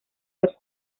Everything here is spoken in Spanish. los